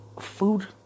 food